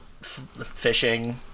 fishing